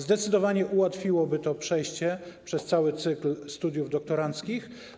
Zdecydowanie ułatwiłoby to przejście przez cały cykl studiów doktoranckich.